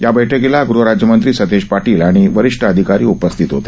या बैठकीला गृह राज्यमंत्री सतेज पाटील आणि वरिष्ठ अधिकारी उपस्थित होते